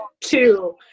Two